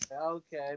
Okay